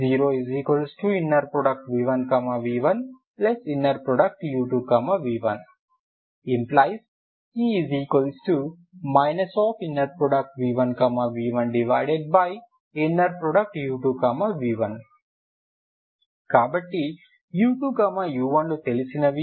0 v1v1u2v1 ⇒ c v1v1u2v1 కాబట్టిu2 u1లు తెలిసినవి